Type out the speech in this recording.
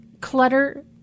Clutter